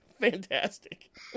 Fantastic